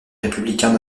républicains